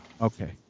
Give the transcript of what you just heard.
Okay